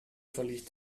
verlief